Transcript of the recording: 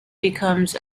becomes